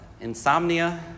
insomnia